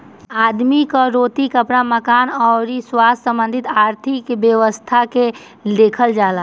आदमी कअ रोटी, कपड़ा, मकान अउरी स्वास्थ्य संबंधी आर्थिक व्यवस्था के देखल जाला